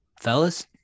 fellas